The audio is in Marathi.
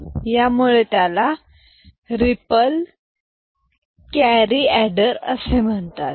आणि यामुळे त्याला रिपल कॅरी एडर म्हणतात